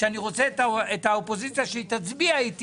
שאני רוצה את האופוזיציה שהיא תצביע איתי